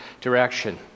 direction